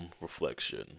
Reflection